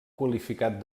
qualificat